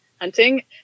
hunting